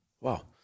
wow